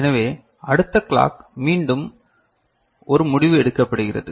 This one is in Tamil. எனவே அடுத்த கிளாக் மீண்டும் ஒரு முடிவு எடுக்கப்படுகிறது